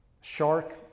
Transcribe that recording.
shark